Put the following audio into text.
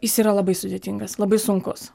jis yra labai sudėtingas labai sunkus